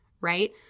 right